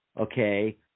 okay